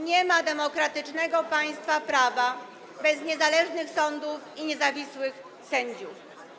Nie ma demokratycznego państwa prawa bez niezależnych sądów i niezawisłych sędziów.